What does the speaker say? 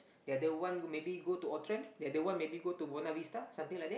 the other one maybe go to Outram the other one maybe go to Buona-Vista something like that